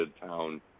town